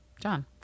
John